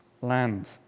land